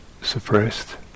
suppressed